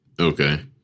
okay